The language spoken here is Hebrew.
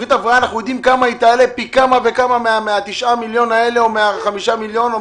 תכנית הבראה תעלה פי כמה וכמה מה-9 מיליון האלה או מה-5 מיליון.